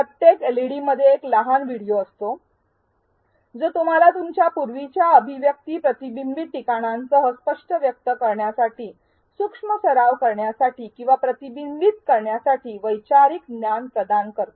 प्रत्येक एलईडीमध्ये एक लहान व्हिडिओ असतो जी तुम्हाला तुमच्या पूर्वीच्या अभिव्यक्ती प्रतिबिंबित ठिकाणांसह स्पष्ट व्यक्त करण्यासाठी सूक्ष्म सराव करण्यासाठी किंवा प्रतिबिंबित करण्यासाठी वैचारिक ज्ञान प्रदान करते